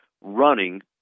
running